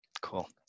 Cool